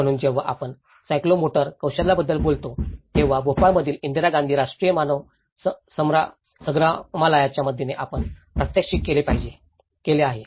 म्हणून जेव्हा आपण सायकोमोटर कौशल्यांबद्दल बोलतो तेव्हा भोपाळमधील इंदिरा गांधी राष्ट्रीय मानव संग्रामलयाच्या मदतीने आपण प्रात्यक्षिकही केले आहे